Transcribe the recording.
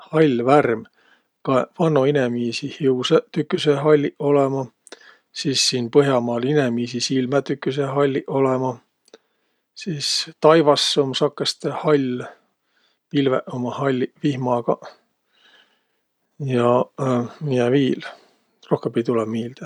Hall värm? Kaeq, vanno inemiisi hiusõq tüküseq halliq olõma. Sis siin põh'amaal inemiisi silmäq tüküseq halliq olõma. Sis taivas um sakõstõ hall. Pilveq ummaq halliq vihmagaq. Jaq miä viil? Rohkõmb ei tulõq miillde.